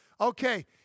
Okay